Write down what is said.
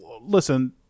Listen